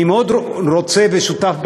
אני מאוד רוצה ושותף במליאה.